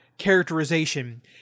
characterization